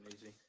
easy